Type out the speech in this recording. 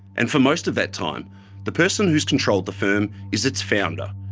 and for most of that time the person who has controlled the firm is its founder,